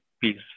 peace